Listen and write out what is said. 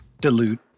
Dilute